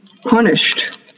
punished